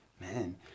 Man